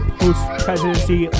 post-presidency